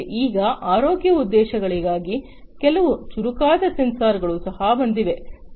ಆದರೆ ಈಗ ಆರೋಗ್ಯ ಉದ್ದೇಶಗಳಿಗಾಗಿ ಕೆಲವು ಚುರುಕಾದ ಸೆನ್ಸರ್ಗಳು ಸಹ ಬಂದಿವೆ